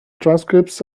transcripts